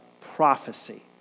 prophecy